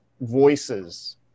voices